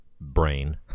brain